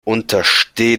untersteh